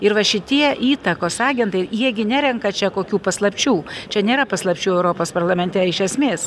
ir va šitie įtakos agentai jie gi nerenka čia kokių paslapčių čia nėra paslapčių europos parlamente iš esmės